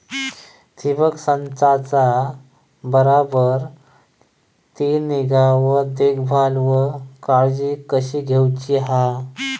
ठिबक संचाचा बराबर ती निगा व देखभाल व काळजी कशी घेऊची हा?